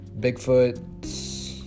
Bigfoot